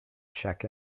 check